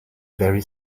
very